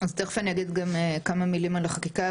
אז תיכף אני אגיד גם כמה מילים על החקיקה,